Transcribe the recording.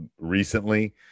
recently